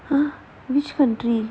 which country